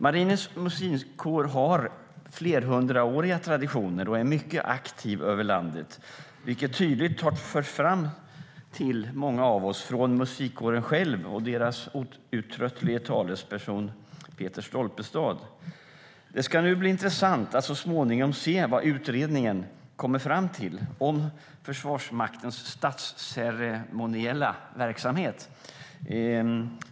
Marinens Musikkår har flerhundraåriga traditioner och är mycket aktiv över landet, vilket tydligt har förts fram från musikkåren själv och dess outtröttlige talesperson Peter Stolpestad. Det ska bli intressant att så småningom se vad utredningen kom fram till om Försvarsmaktens statsceremoniella verksamhet.